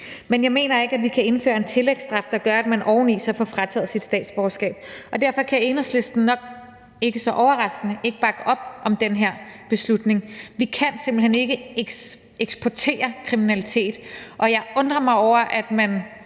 men jeg mener ikke, at vi kan indføre en tillægsstraf, der gør, at man oven i så får frataget sit statsborgerskab. Derfor kan Enhedslisten nok ikke så overraskende ikke bakke op om det her beslutningsforslag. Vi kan simpelt hen ikke eksportere kriminalitet, og jeg undrer mig over, at man